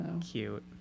cute